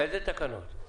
איזה תקנות?